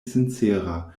sincera